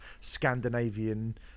Scandinavian